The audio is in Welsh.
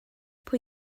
pwy